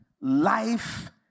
life